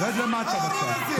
רד למטה, בבקשה.